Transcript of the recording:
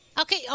Okay